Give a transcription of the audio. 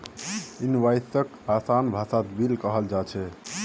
इनवॉइसक आसान भाषात बिल कहाल जा छेक